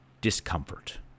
discomfort